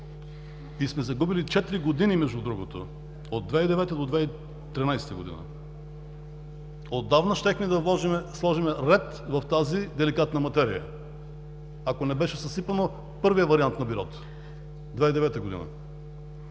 и сме загубили четири години между другото – от 2009-а до 2013 г. Отдавна щяхме да сложим ред в тази деликатна материя, ако не беше съсипан първият вариант на Бюрото – 2009 г.